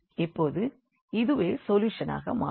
இப்போது இதுவே சொல்யூஷனாக மாறும்